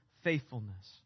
faithfulness